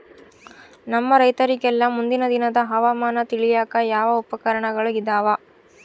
ನಮ್ಮ ರೈತರಿಗೆಲ್ಲಾ ಮುಂದಿನ ದಿನದ ಹವಾಮಾನ ತಿಳಿಯಾಕ ಯಾವ ಉಪಕರಣಗಳು ಇದಾವ?